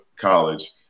college